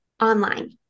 Online